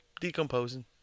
decomposing